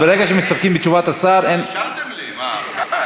ברגע שמסתפקים בתשובת השר, אין, אישרתם לי, מה?